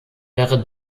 wäre